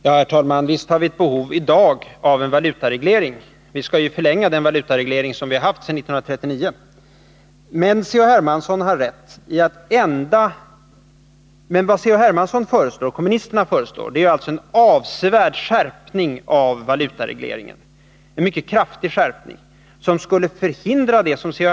Herr talman! Visst har vi i dag behov av en valutareglering — vi skall ju förlänga den valutareglering som vi har haft sedan 1939. Men vad kommunisterna föreslår är en avsevärd skärpning av valutaregleringen, som skulle förhindra det som C.-H.